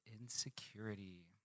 insecurity